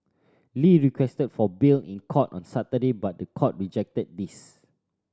Lee requested for bail in court on Saturday but the court rejected this